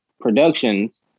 Productions